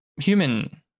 Human